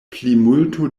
plimulto